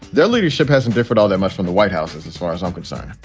their leadership hasn't different all that much from the white house's, as far as i'm concerned,